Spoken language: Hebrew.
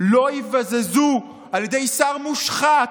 לא ייבזזו על ידי שר מושחת,